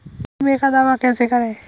बीमे का दावा कैसे करें?